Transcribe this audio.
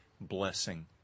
blessing